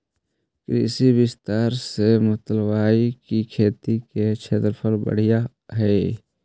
कृषि विस्तार से मतलबहई कि खेती के क्षेत्रफल बढ़ित हई